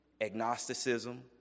agnosticism